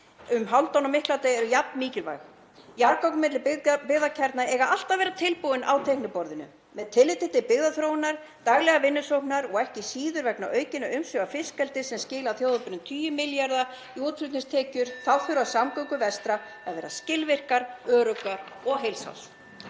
um Hálfdán og Mikladal eru jafn mikilvæg. Jarðgöng milli byggðakjarna eiga alltaf að vera tilbúin á teikniborðinu með tilliti til byggðaþróunar, daglegrar vinnusóknar og ekki síður vegna aukinna umsvifa fiskeldis sem skilar þjóðarbúinu 10 milljörðum í útflutningstekjur. Þá þurfa samgöngur vestra að vera skilvirkar, öruggar og heilsárs.